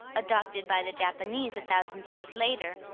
adopted by the japanese a thousand years later,